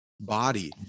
body